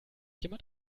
jemand